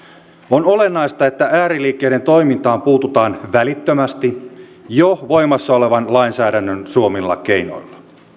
on olennaista että ääriliikkeiden toimintaan puututaan välittömästi jo voimassa olevan lainsäädännön suomilla keinoilla